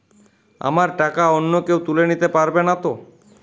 আমার টাকা অন্য কেউ তুলে নিতে পারবে নাতো?